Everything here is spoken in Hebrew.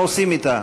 מה עושים אתה?